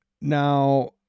Now